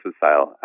sale